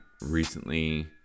recently